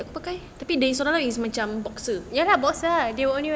ya lah boxer lah they will only wear boxer